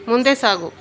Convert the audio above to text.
ಮುಂದೆ ಸಾಗು